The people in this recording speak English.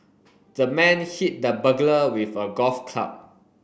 the man hit the burglar with a golf club